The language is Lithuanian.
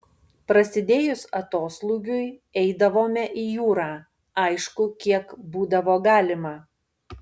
prasidėjus atoslūgiui eidavome į jūrą aišku kiek būdavo galima